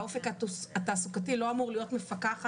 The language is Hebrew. האופק התעסוקתי לא אמור להיות 'מפקחת',